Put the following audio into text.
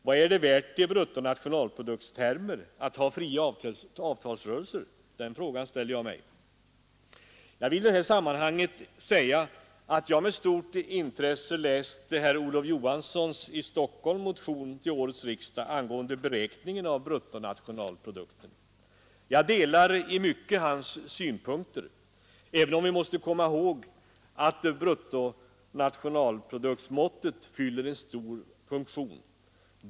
Vad är det värt i bruttonationalprodukttermer att ha fria avtalsrörelser? Den frågan ställer jag mig. Jag vill i detta sammanhang säga att jag med stort intresse läst herr Olof Johanssons i Stockholm motion till årets riksdag angående beräkningen av bruttonationalprodukten. Jag delar i mycket hans synpunkter, även om vi måste komma ihåg att bruttonationalproduktsmåttet fyller en stor funktion.